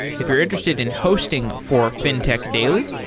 if you're interested in hosting for fintech daily,